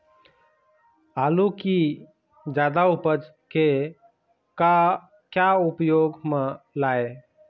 आलू कि जादा उपज के का क्या उपयोग म लाए?